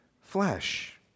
flesh